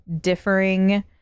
differing